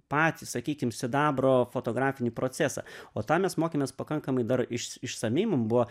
patį sakykim sidabro fotografinį procesą o tą mes mokėmės pakankamai dar iš išsamiai man buvo